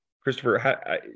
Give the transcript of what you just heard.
Christopher